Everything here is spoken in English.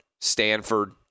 Stanford